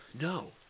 no